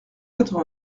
quatre